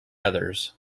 others